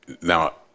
Now